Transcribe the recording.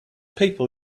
people